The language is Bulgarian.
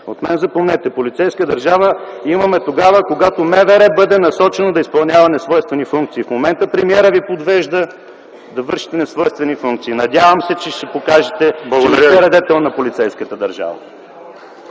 От мен запомнете – полицейска държава имаме тогава, когато Министерството на вътрешните работи е насочено да изпълнява несвойствени функции. В момента премиерът Ви подвежда да вършите несвойствени функции. Надявам се, че ще покажете, че не сте радетел на полицейската държава.